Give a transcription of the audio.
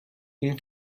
این